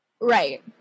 right